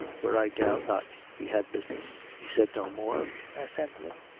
where i doubt not he had business. he said no more? asked anthony.